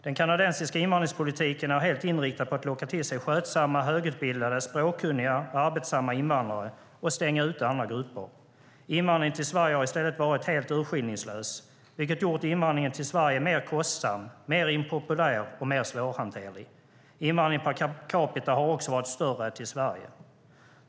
Den kanadensiska invandringspolitiken är helt inriktad på att locka till sig skötsamma, högutbildade, språkkunniga och arbetsamma invandrare och stänga ute andra grupper. Invandringen till Sverige har i stället varit helt urskillningslös, vilket gjort invandringen till Sverige mer kostsam, mer impopulär och mer svårhanterlig. Invandringen per capita har också varit större till Sverige.